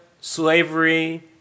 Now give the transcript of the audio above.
slavery